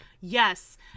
Yes